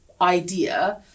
idea